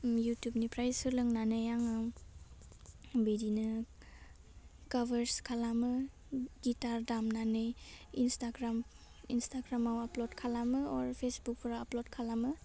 इउटुबनिफ्राय सोलोंनानै आङो बिदिनो खाबार्स खालामो गिथार दामनानै इन्सटाग्रामा इन्सटाग्रामाव आपलड खालामो अर पेसबुकफ्राव आपलड खालामो